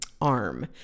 arm